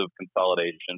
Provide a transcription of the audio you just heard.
consolidation